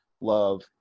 love